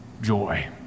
joy